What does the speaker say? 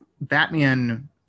Batman